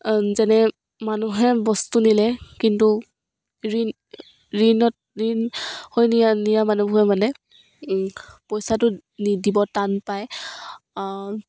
যেনে মানুহে বস্তু নিলে কিন্তু ঋণ ঋণত ঋণ হৈ নিয়া নিয়া মানুহবোৰে মানে পইচাটো নি দিব টান পায়